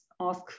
ask